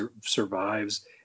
survives